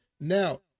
now